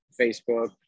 Facebook